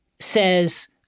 Says